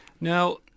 Now